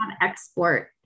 export